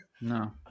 No